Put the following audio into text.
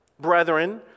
brethren